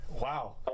Wow